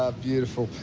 ah beautiful.